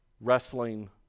wrestling